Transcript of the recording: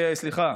סליחה,